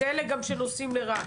הן אלה גם שנוסעות לרהט.